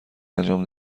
انجام